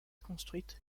construites